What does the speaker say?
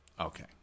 okay